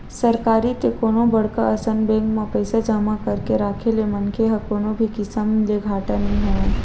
सरकारी ते कोनो बड़का असन बेंक म पइसा जमा करके राखे ले मनखे ल कोनो भी किसम ले घाटा नइ होवय